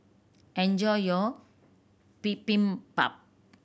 enjoy your Bibimbap